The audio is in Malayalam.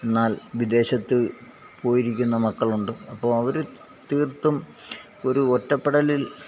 എന്നാൽ വിദേശത്ത് പോയിരിക്കുന്ന മക്കൾ ഉണ്ട് അപ്പോൾ അവര് തീർത്തും ഒരു ഒറ്റപ്പെടലിൽ